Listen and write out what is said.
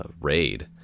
raid